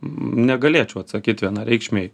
negalėčiau atsakyt vienareikšmiai